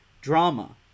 drama